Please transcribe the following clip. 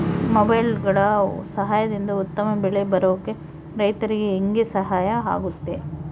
ಮೊಬೈಲುಗಳ ಸಹಾಯದಿಂದ ಉತ್ತಮ ಬೆಳೆ ಬರೋಕೆ ರೈತರಿಗೆ ಹೆಂಗೆ ಸಹಾಯ ಆಗುತ್ತೆ?